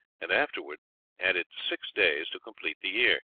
and afterward added six days to complete the year.